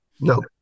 No